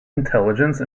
intelligence